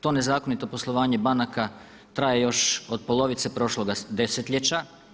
To nezakonito poslovanje banaka traje još od polovice prošloga desetljeća.